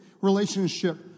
relationship